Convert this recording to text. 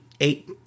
eight